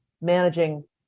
managing